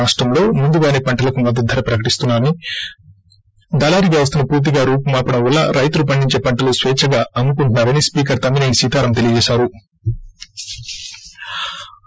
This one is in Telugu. రాష్టంలో ముందుగానే పంటలకు మద్దతు ధర ప్రకటిస్తున్నామని దళారీ వ్యవస్థను పూర్తిగా రూపుమాపి రైతులు పండించే పంటలు స్వేచ్చగా అమ్ముకుంటున్నా రని స్పీకర్ తమ్మినేని సీతారామ్ తెలియజేశారు